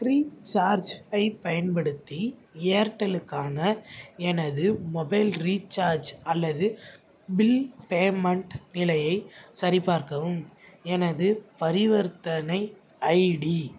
Freecharge ஐப் பயன்படுத்தி ஏர்டெல்லுக்கான எனது மொபைல் ரீசார்ஜ் அல்லது பில் பேமெண்ட் நிலையைச் சரிபார்க்கவும் எனது பரிவர்த்தனை ஐடி